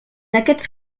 aquests